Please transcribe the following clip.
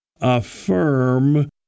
affirm